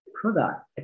product